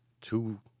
two